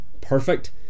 perfect